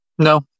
No